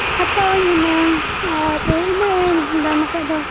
ᱦᱟᱛᱟᱣᱟᱹᱧ ᱦᱩᱱᱟᱹᱝ ᱟᱫᱚ ᱩᱱᱟᱹᱜ ᱮᱢ ᱫᱟᱢ ᱟᱠᱟᱫ ᱫᱚ